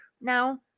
now